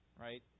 Right